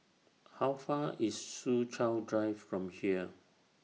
How Far IS Soo Chow Drive from here